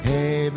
Hey